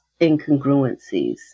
incongruencies